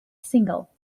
single